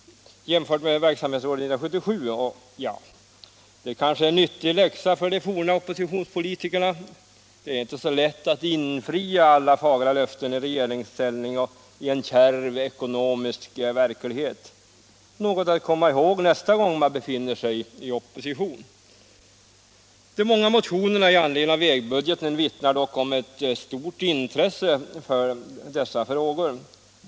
Ja, det kanske är en nyttig läxa för de forna oppositionspolitikerna. Det är inte så lätt att i regeringsställning infria alla fagra löften i en kärv ekonomisk verklighet — något att komma ihåg nästa gång man befinner sig i opposition! De många motionerna i anledning av vägbudgeten vittnar dock om ett stort intresse för dessa frågor.